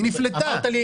היא נפלטה.